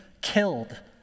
killed